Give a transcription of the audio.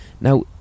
now